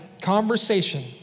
conversation